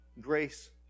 grace